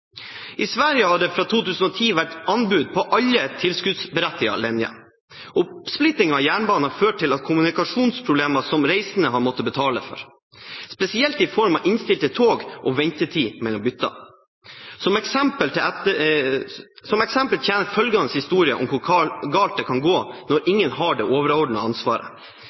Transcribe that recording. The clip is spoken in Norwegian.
I Sverige har det fra 2010 vært anbud på alle tilskuddsberettigede linjer. Oppsplitting av jernbanen har ført til kommunikasjonsproblemer som reisende har måttet betale for, spesielt i form av innstilte tog og ventetid mellom bytter. Som eksempel tjener følgende historie om hvor galt det kan gå når ingen har det overordnede ansvaret: